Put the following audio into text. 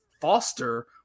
Foster